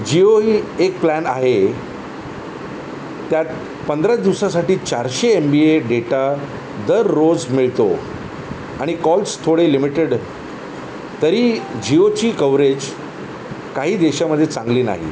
जिओ ही एक प्लॅन आहे त्यात पंधरा दिवसासाठी चारशे एम बी ए डेटा दररोज मिळतो आणि कॉल्स थोडे लिमिटेड तरी जिओची कव्हरेज काही देशामध्ये चांगली नाही